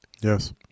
Yes